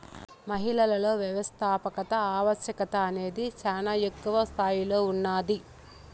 మహిళలలో వ్యవస్థాపకత ఆవశ్యకత అనేది శానా ఎక్కువ స్తాయిలో ఉన్నాది